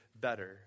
better